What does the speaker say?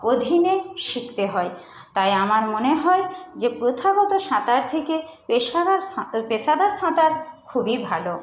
অধীনে শিখতে হয় তাই আমার মনে হয় যে প্রথাগত সাঁতার থেকে পেশাদার সা পেশাদার সাঁতার খুবই ভালো